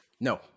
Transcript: No